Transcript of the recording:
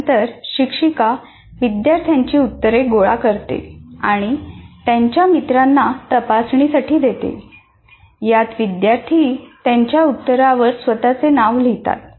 त्यानंतर शिक्षिका विद्यार्थ्यांची उत्तरे गोळा करते आणि त्यांच्या मित्रांना तपासण्यासाठी देते यात विद्यार्थी त्यांच्या उत्तरावर स्वतःचे नाव लिहितात